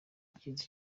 cyiza